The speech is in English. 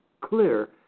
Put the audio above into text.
clear